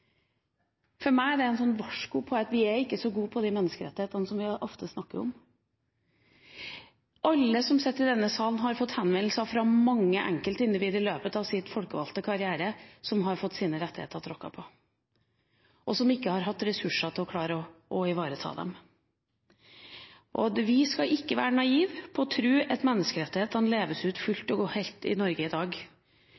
For meg er det et varsko om at vi er ikke så gode på menneskerettighetene som vi ofte snakker om. Alle som sitter i denne salen, har i løpet av sin folkevalgte karriere fått henvendelser fra mange enkeltindivider som har fått sine rettigheter tråkket på, og som ikke har hatt ressurser til å klare å ivareta dem. Vi skal ikke være naive og tro at menneskerettighetene